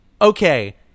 Okay